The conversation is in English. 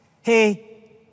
Hey